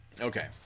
Okay